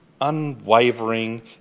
unwavering